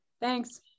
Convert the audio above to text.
Thanks